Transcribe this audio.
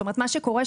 מה שקורה,